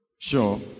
sure